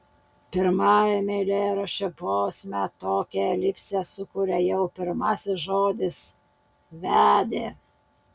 pirmajame eilėraščio posme tokią elipsę sukuria jau pirmasis žodis vedė